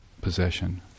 possession